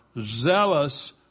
zealous